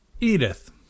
Edith